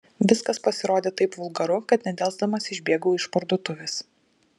viskas pasirodė taip vulgaru kad nedelsdamas išbėgau iš parduotuvės